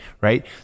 right